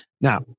Now